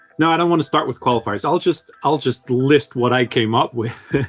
no, i don't want to start with qualifiers. i'll just i'll just list what i came up with.